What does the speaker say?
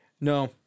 No